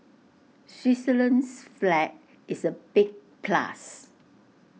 Switzerland's flag is A big plus